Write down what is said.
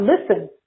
listen